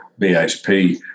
BHP